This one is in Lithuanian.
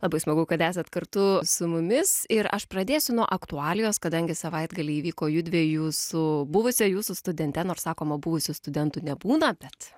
labai smagu kad esat kartu su mumis ir aš pradėsiu nuo aktualijos kadangi savaitgalį įvyko judviejų su buvusia jūsų studente nors sakoma buvusių studentų nebūna bet